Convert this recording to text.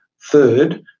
Third